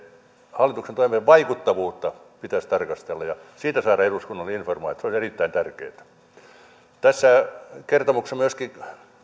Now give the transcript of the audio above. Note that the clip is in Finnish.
hallituksen toimien vaikuttavuutta pitäisi tarkastella ja siitä saada eduskunnalle informaatiota se on erittäin tärkeää tässä mietinnössä myöskin